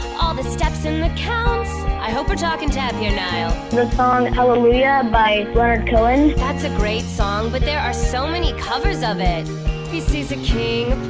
all the steps and the counts i hope we're talking tap here, niall the song hallelujah by leonard cohen that's a great song. but there are so many covers of it he sees a king